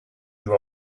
you